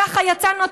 ככה יצאנו,